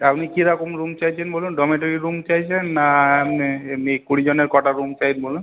আপনি কিরকম রুম চাইছেন বলুন ডর্মেটারি রুম চাইছেন না এমনি এমনি কুড়িজনের কটা রুম চাই বলুন